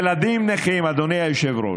ילדים נכים, אדוני היושב-ראש,